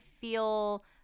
feel –